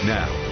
now